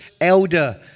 elder